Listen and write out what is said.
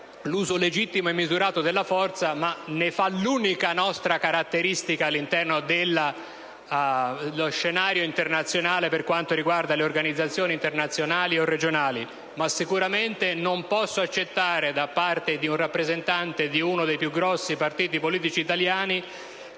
l'uso legittimo e misurato della forza, e questa è una nostra caratteristica all'interno dello scenario internazionale per quanto riguarda le organizzazioni internazionali o regionali. Tuttavia non posso accettare, da parte di un rappresentante di uno dei più grandi partiti politici italiani,